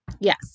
Yes